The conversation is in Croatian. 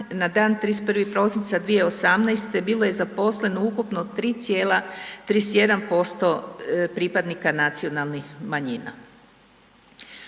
na dan 31. prosinca 2018. bilo je zaposleno ukupno 3,31% pripadnika nacionalnih manjina.